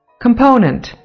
Component